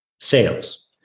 sales